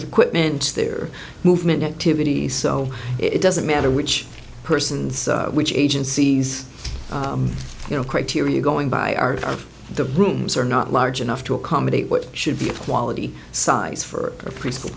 of equipment there movement activity so it doesn't matter which persons which agencies you know criteria are going by are the rooms are not large enough to accommodate what should be a quality size for a preschool